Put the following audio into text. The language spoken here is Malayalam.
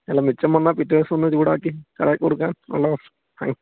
അല്ല മിച്ചം വന്നാൽ പിറ്റേ ദിവസം ഒന്ന് ചൂടാക്കി കടയിൽ കൊടുക്കാൻ ഉള്ള